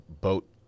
boat